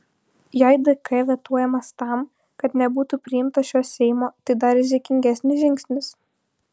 jei dk vetuojamas tam kad nebūtų priimtas šio seimo tai dar rizikingesnis žingsnis